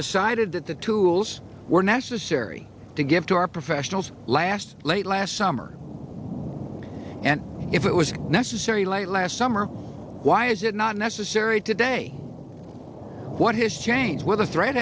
decided that the tools were necessary to give to our professionals last late last summer and if it was necessary late last summer why is it not necessary today what has changed with the threa